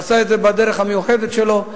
עשה את זה בדרך המיוחדת שלו.